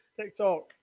TikTok